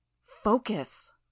Focus